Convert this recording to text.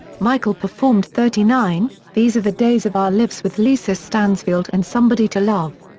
michael performed thirty nine, these are the days of our lives with lisa stansfield and somebody to love.